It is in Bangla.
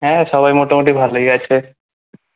হ্যাঁ সবাই মোটামুটি ভালোই আছে